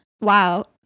Wow